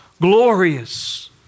glorious